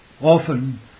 often